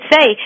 say